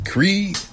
Creed